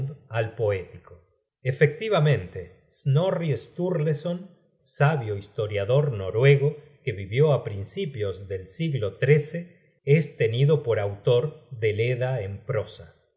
al poético efectivamente snorre sturleson sabio historiador noruego que vivió á principios del siglo xm es tenido por autor del edda en prosa